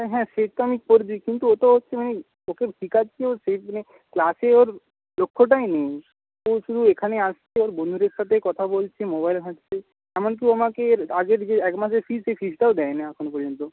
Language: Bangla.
হ্যাঁ সে তো আমি করে দিই কিন্তু ও তো হচ্ছে ওকে শেখাচ্ছি ও শিখ মানে ক্লাসে ওর লক্ষ্যটাই নেই ও শুধু এখানে আসছে ওর বন্ধুদের সাথেই কথা বলছে মোবাইল ঘাঁটছে এমনকি ও আমাকে এর আগের যে এক মাসের ফিজ সেই ফিজটাও দেয়নি এখনো পর্যন্ত